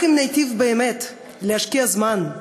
רק אם ניטיב באמת להשקיע זמן,